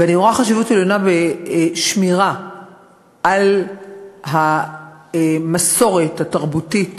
ואני רואה חשיבות עליונה בשמירה על המסורת התרבותית